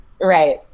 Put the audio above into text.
Right